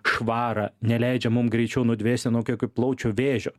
švarą neleidžia mum greičiau nudvėsti nuo kokio plaučių vėžio